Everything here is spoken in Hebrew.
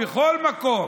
בכל מקום,